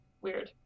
Weird